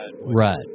right